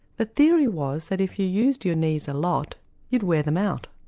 the theory was that if you used your knees a lot you'd wear them out,